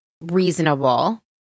reasonable